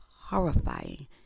horrifying